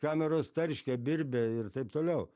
kameros tarškia birbia ir taip toliau